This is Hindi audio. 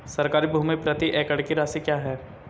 सरकारी भूमि प्रति एकड़ की राशि क्या है?